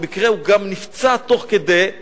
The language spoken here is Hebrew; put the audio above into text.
במקרה הוא גם נפצע תוך כדי,